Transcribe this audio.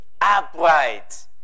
Upright